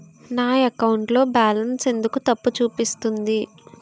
నా అకౌంట్ లో బాలన్స్ ఎందుకు తప్పు చూపిస్తుంది?